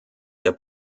der